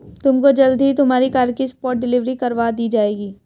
तुमको जल्द ही तुम्हारी कार की स्पॉट डिलीवरी करवा दी जाएगी